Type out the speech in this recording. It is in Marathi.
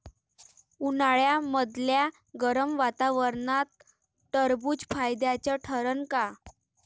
उन्हाळ्यामदल्या गरम वातावरनात टरबुज फायद्याचं ठरन का?